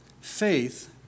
Faith